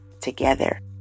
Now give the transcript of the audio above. together